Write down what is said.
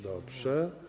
Dobrze.